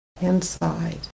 inside